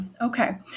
Okay